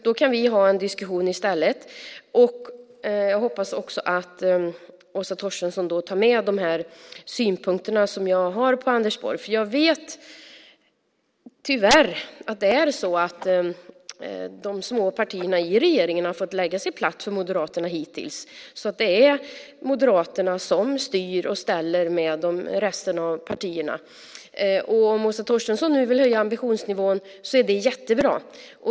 Då kan vi ha en diskussion i stället. Jag hoppas att Åsa Torstensson tar med de synpunkter jag har på Anders Borg. Jag vet att det tyvärr är så att de små partierna i regeringen har fått lägga sig platt för Moderaterna hittills. Det är Moderaterna som styr och ställer med resten av partierna. Vill Åsa Torstensson höja ambitionsnivå är det jättebra.